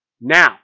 Now